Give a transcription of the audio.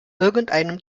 irgendeinem